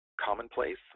Commonplace